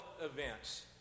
events